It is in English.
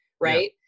right